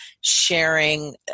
sharing